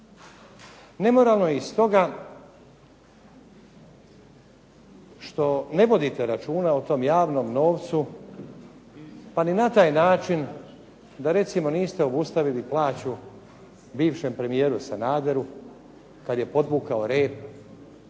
Nemoralno je i stoga što ne vodite računa o tom javnom novcu, pa ni na taj način da niste obustavili plaću bivšem premijeru Sanaderu kada je podvukao rep